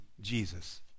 jesus